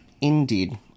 Indeed